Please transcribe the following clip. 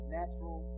natural